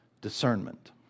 discernment